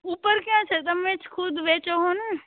ઉપર ક્યા છે તમે જ ખુદ વેંચો છો ને